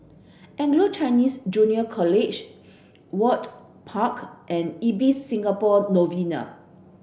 Anglo Chinese Junior College Ewart Park and Ibis Singapore Novena